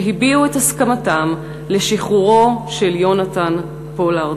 הביעו את הסכמתם לשחרורו של יונתן פולארד.